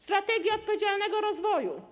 Strategia odpowiedzialnego rozwoju.